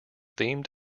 themed